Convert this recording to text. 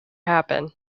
happen